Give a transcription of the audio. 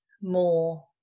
more